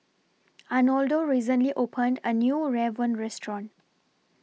Arnoldo recently opened A New Rawon Restaurant